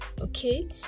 okay